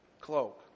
cloak